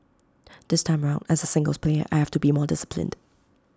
this time round as A singles player I have to be more disciplined